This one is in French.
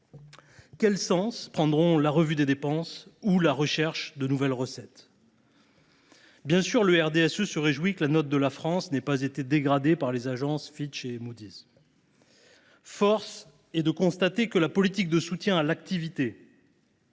Quel sens prendront la revue des dépenses ou la recherche de nouvelles recettes ? Bien sûr, le groupe RDSE se réjouit que la note de la France n’ait pas été dégradée par les agences Fitch et Moody’s. Force est de constater que la politique de soutien à l’activité